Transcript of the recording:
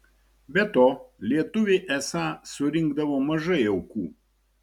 be to lietuviai esą surinkdavo mažai aukų